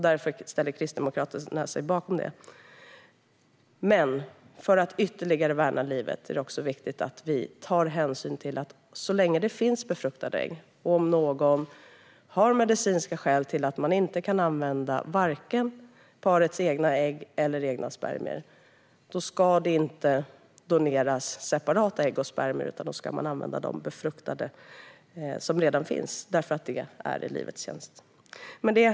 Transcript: Därför ställer Kristdemokraterna sig bakom det. För att ytterligare värna livet är det också viktigt att vi tar hänsyn till att så länge det finns befruktade ägg och någon har medicinska skäl till att man inte kan använda parets egna ägg eller egna spermier ska det inte doneras separata ägg och spermier utan då ska man använda de befruktade ägg som redan finns. Det är i livets tjänst.